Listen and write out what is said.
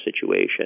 situation